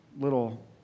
little